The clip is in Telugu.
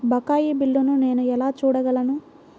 బకాయి బిల్లును నేను ఎలా చూడగలను?